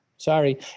Sorry